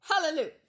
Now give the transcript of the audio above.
Hallelujah